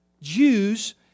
Jews